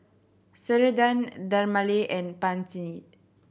Ceradan Dermale and Pansy